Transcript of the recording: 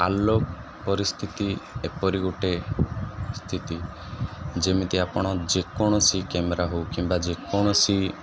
ଆଲୋକ ପରିସ୍ଥିତି ଏପରି ଗୋଟେ ସ୍ଥିତି ଯେମିତି ଆପଣ ଯେକୌଣସି କ୍ୟାମେରା ହଉ କିମ୍ବା ଯେକୌଣସି